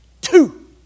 two